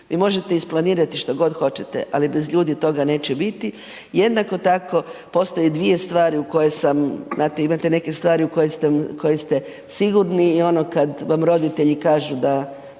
vi možete isplanirati šta god hoćete, ali bez ljudi, toga neće biti. Jednako tako postoje dvije stvari u koje sam, znate imate neke stvari u koje ste sigurni i ono kad vam roditelji kažu da